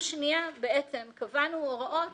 בעצם קבענו הוראות